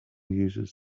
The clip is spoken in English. uses